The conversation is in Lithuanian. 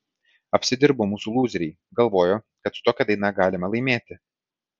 apsidirbo mūsų lūzeriai galvojo kad su tokia daina galima laimėti